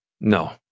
No